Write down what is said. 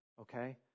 Okay